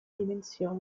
dimensioni